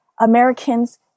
Americans